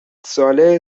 ساله